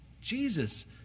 Jesus